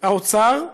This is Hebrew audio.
האוצר,